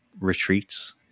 retreats